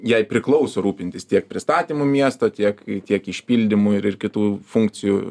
jai priklauso rūpintis tiek pristatymu miesto tiek tiek išpildymu ir ir kitų funkcijų